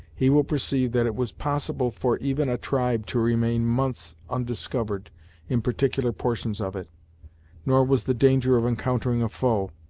he will perceive that it was possible for even a tribe to remain months undiscovered in particular portions of it nor was the danger of encountering a foe,